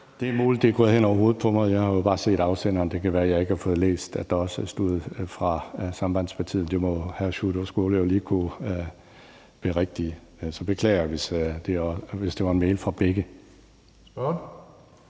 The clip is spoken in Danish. Det er muligt, det er gået hen over hovedet på mig. Jeg har jo bare set afsenderen, og det kan være, at jeg ikke har fået læst, at der også stod, at det var fra Sambandspartiet. Det må hr. Sjúrður Skaale lige kunne berigtige. Jeg beklager, hvis det var en mail fra begge.